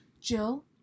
Jill